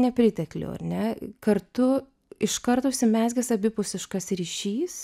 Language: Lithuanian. nepriteklių ar ne kartu iš karto užsimezgęs abipusiškas ryšys